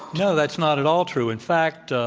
no, that's not at all true. in fact,